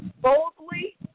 boldly